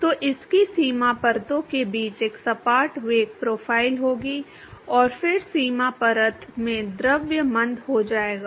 तो इसकी सीमा परतों के बीच एक सपाट वेग प्रोफ़ाइल होगी और फिर सीमा परत में द्रव मंद हो जाएगा